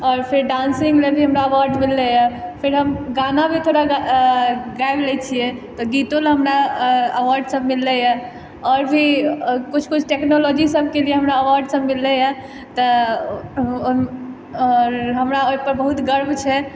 आओर फेर डांसिंग मे भी हमरा अवार्ड सब मिललै हम गाना भी थोड़ा गाबि लैय छियै तऽ गीतो लए हमरा अवार्ड सब मिललै आओर भी किछु किछु टेक्नोलॉजी लए हमरा अवार्ड सब मिललै आओर ओहि पर हमरा बहुत गर्व छै